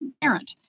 parent